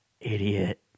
Idiot